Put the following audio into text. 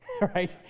Right